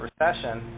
Recession